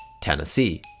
Tennessee